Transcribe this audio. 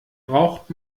braucht